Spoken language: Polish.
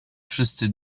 wszyscy